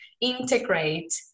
integrate